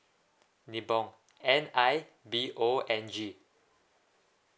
ni bong N I B O N G